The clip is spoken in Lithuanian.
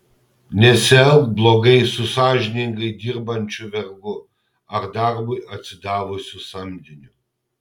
nesielk blogai su sąžiningai dirbančiu vergu ar darbui atsidavusiu samdiniu